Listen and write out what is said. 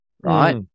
right